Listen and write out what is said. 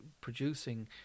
producing